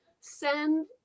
send